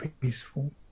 peaceful